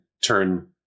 turn